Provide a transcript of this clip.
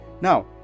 now